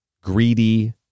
greedy